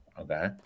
Okay